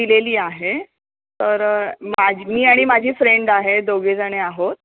दिलेली आहे तर माझी मी आणि माझी फ्रेंड आहे दोघीजणी आहोत